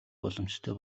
боломжтой